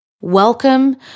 Welcome